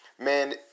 man